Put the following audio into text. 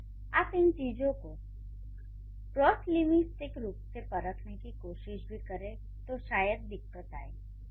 अगर आप इन चीजों को क्रॉसलिंग्विस्टिक रूप से परखने की कोशिश भी करें तो शायद दिक्कत आए